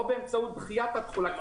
או באמצעות דחיית התחולה,